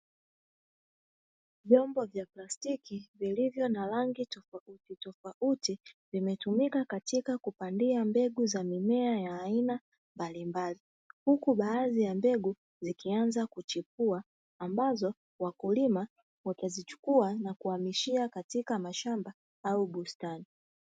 Vyombo vya plastiki vilivyo na rangi tofautitofauti, vimetumika katika kupandia mbegu za mimea ya aina mbalimbali, huku baadhi ya mbegu zikianza kuchipua, ambazo wakulima watazichukua na kuhamishia katika mashamba au bustani.